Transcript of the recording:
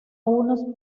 unos